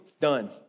done